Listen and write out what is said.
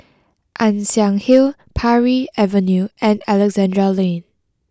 Ann Siang Hill Parry Avenue and Alexandra Lane